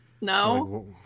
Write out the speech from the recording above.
No